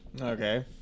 Okay